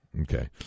Okay